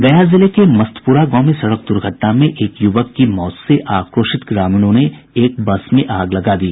गया जिले के मस्तपुरा गांव में सड़क दुर्घटना में एक युवक की मौत से आक्रोशित ग्रामीणों ने एक बस में आग लगा दी